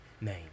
name